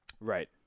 Right